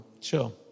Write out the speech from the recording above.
Sure